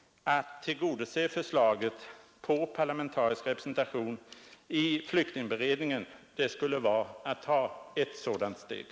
Att tillgodose förslaget om parlamentarisk representation i flyktingberedningen skulle vara att ta ett steg i den riktningen.